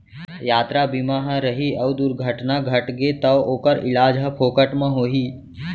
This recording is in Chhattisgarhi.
यातरा बीमा ह रही अउ दुरघटना घटगे तौ ओकर इलाज ह फोकट म होही